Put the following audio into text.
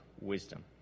wisdom